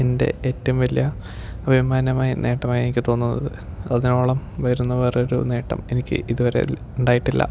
എൻ്റെ ഏറ്റവും വലിയ അഭിമാനമായ നേട്ടമായി എനിക്ക് തോന്നുന്നത് അതിനോളം വരുന്ന വേറൊരു നേട്ടം എനിക്ക് ഇതുവരെ ഉണ്ടായിട്ടില്ല